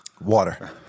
Water